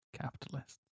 capitalists